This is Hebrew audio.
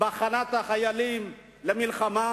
בהכנת החיילים למלחמה,